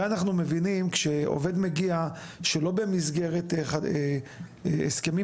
אנחנו מבינים שעובד מגיע שלא במסגרת הסכמים